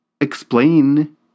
explain